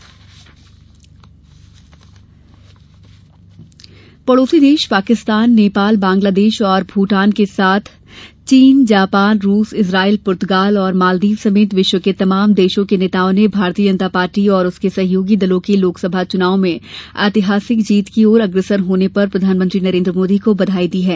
मोदी बधाई पड़ोसी देश पाकिस्तान नेपाल बंगलादेश और भूटान के साथ चीन जापान रूस इजरायल पुर्तगाल और मालदीव समेत विश्व के तमाम देशों के नेताओं ने भारतीय जनता पार्टी और उसके सहयोगी दलों के लोकसभा चुनाव में ऐतिहासिक जीत की ओर अग्रसर होने पर प्रधानमंत्री नरेंद्र मोदी को बधाई दी है